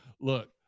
Look